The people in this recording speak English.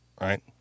Right